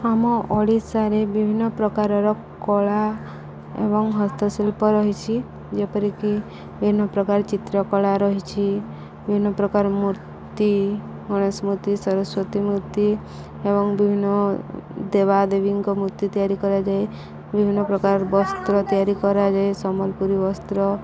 ଆମ ଓଡ଼ିଶାରେ ବିଭିନ୍ନ ପ୍ରକାରର କଳା ଏବଂ ହସ୍ତଶିଳ୍ପ ରହିଛି ଯେପରିକି ବିଭିନ୍ନ ପ୍ରକାର ଚିତ୍ରକଳା ରହିଛି ବିଭିନ୍ନ ପ୍ରକାର ମୂର୍ତ୍ତି ଗଣେଶ ମୂର୍ତ୍ତି ସରସ୍ୱତୀ ମୂର୍ତ୍ତି ଏବଂ ବିଭିନ୍ନ ଦେବାଦେବୀଙ୍କ ମୂର୍ତ୍ତି ତିଆରି କରାଯାଏ ବିଭିନ୍ନ ପ୍ରକାର ବସ୍ତ୍ର ତିଆରି କରାଯାଏ ସମ୍ବଲପୁରୀ ବସ୍ତ୍ର